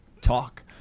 talk